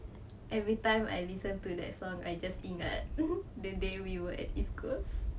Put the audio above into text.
everytime I listen to that song I just ingat the day we were at east coast